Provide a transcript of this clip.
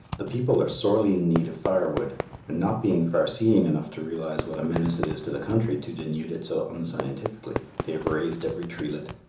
the people are sorely in need of firewood, and not being far-seeing enough to realize what a menace it is to the country to denude it so unscientifically, they have razed every treelet.